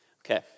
Okay